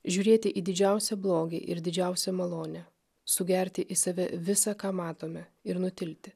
žiūrėti į didžiausią blogį ir didžiausią malonę sugerti į save visa ką matome ir nutilti